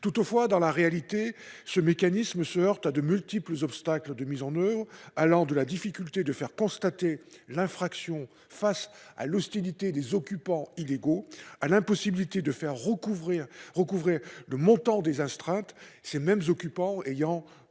heurte, dans la réalité, à de multiples obstacles de mise en oeuvre, qui vont de la difficulté de faire constater l'infraction face à l'hostilité des occupants illégaux jusqu'à l'impossibilité de faire recouvrer le montant des astreintes, ces mêmes occupants ayant